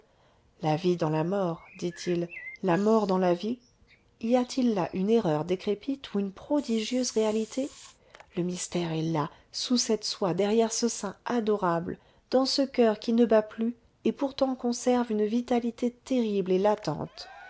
la vie dans la mort dit-il la mort dans la vie y a-t-il là une erreur décrépite ou une progidieuse réalité le mystère est là sous cette soie derrière ce sein adorable dans ce coeur qui ne bat plus et pourtant conserve une vitalité terrible et latente